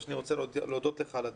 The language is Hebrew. אני רוצה להודות לך על הדיון.